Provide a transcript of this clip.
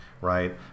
Right